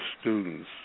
students